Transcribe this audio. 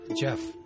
Jeff